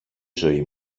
ζωή